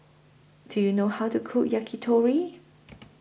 Do YOU know How to Cook Yakitori